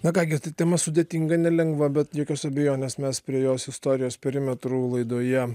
na ką gi tai tema sudėtinga nelengva be jokios abejonės mes prie jos istorijos perimetrų laidoje